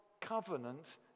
covenant